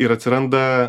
ir atsiranda